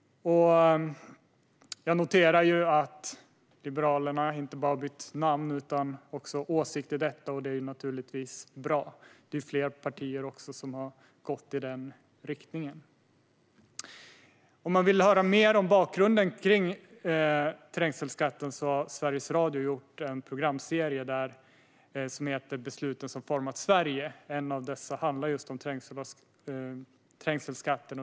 Jag noterar att Liberalerna har bytt inte bara namn utan också åsikt när det gäller detta. Det är naturligtvis bra. Fler partier har också gått i den riktningen. Om man vill höra mer om bakgrunden till trängselskatten kan man lyssna på Sveriges Radios programserie Besluten som format Sverige . Ett avsnitt handlar om just trängselskatten.